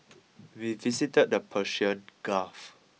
we visited the Persian Gulf